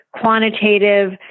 quantitative